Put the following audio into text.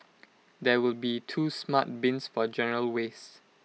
there will be two smart bins for general waste